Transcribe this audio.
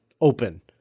open